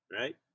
Right